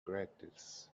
gratis